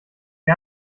mir